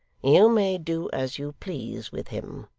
you may do as you please with him,